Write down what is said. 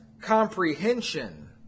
comprehension